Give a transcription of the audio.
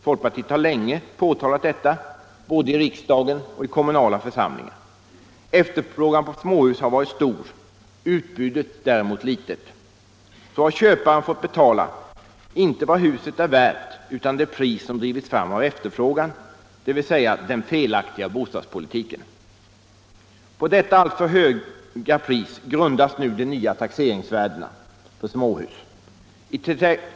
Folkpartiet har länge påtalat detta både i riksdagen och i kommunala församlingar. Efterfrågan på småhus har varit stor. Utbudet däremot litet. Så har köparen fått betala inte vad huset är värt utan det pris som drivits fram av efterfrågan, dvs. av den felaktiga bostadspolitiken. På detta alltför höga pris grundas nu de nya taxeringsvärdena på småhus.